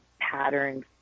patterns